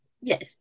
yes